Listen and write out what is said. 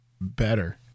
better